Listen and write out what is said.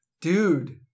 Dude